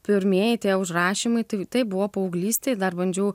pirmieji tie užrašymai tai taip buvo paauglystėj dar bandžiau